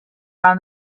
found